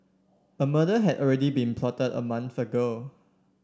a murder had already been plotted a month ago